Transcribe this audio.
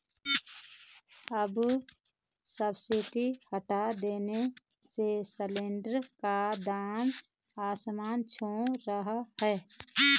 अब सब्सिडी हटा देने से सिलेंडर का दाम आसमान छू रहा है